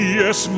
yes